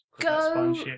go